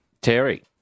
Terry